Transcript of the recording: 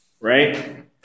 right